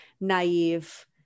naive